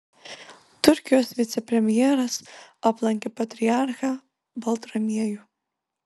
turkijos vicepremjeras aplankė patriarchą baltramiejų